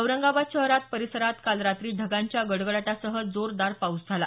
औरंगाबाद शहरासह परिसरात काल रात्री ढगांच्या गडगडाटासह जोरदार पाऊस पडला